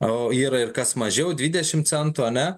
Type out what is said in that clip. o yra ir kas mažiau dvidešimt centų ane